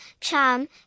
charm